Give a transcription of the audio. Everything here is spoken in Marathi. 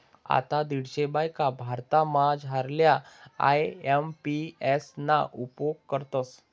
आते दीडशे ब्यांका भारतमझारल्या आय.एम.पी.एस ना उपेग करतस